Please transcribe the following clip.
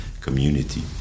community